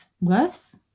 worse